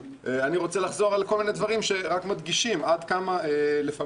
אני רוצה לחזור על כל מיני דברים שרק מדגישים עד כמה לפעמים